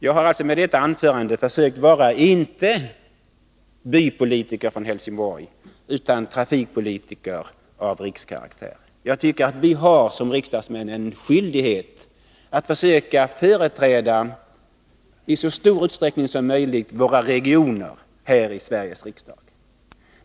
Jag har alltså med detta anförande försökt vara inte bypolitiker från Helsingborg utan trafikpolitiker av rikskaraktär. Jag tycker att vi som riksdagsmän har en skyldighet att försöka företräda i så stor utsträckning som möjligt våra regioner här i Sveriges riksdag.